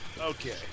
Okay